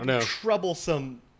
troublesome